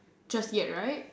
just yet right